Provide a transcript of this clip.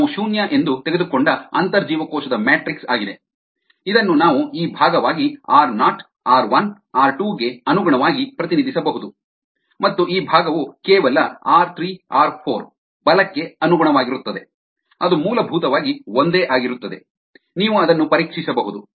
ನಾವು ಶೂನ್ಯ ಎಂದು ತೆಗೆದುಕೊಂಡ ಅಂತರ್ಜೀವಕೋಶದ ಮ್ಯಾಟ್ರಿಕ್ಸ್ ಆಗಿದೆ ಇದನ್ನು ನಾವು ಈ ಭಾಗವಾಗಿ ಆರ್ ನಾಟ್ ಆರ್ 1 ಆರ್ 2 ಗೆ ಅನುಗುಣವಾಗಿ ಪ್ರತಿನಿಧಿಸಬಹುದು ಮತ್ತು ಈ ಭಾಗವು ಕೇವಲ ಆರ್ 3 ಆರ್ 4 ಬಲಕ್ಕೆ ಅನುಗುಣವಾಗಿರುತ್ತದೆ ಅದು ಮೂಲಭೂತವಾಗಿ ಒಂದೇ ಆಗಿರುತ್ತದೆ ನೀವು ಅದನ್ನು ಪರೀಕ್ಷಿಸಬಹುದು